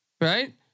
right